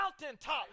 mountaintop